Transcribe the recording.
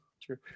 True